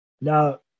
Now